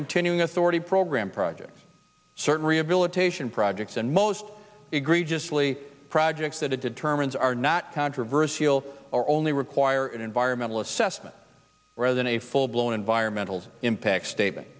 continuing authority program projects certain rehabilitation projects and most egregiously projects that it determines are not controversial or only require an environmental assessment rather than a full blown environmental impact statement